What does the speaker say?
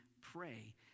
pray